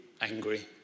angry